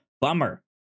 Bummer